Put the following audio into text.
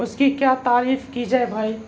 اس کی کیا تعریف کی جائے بھائی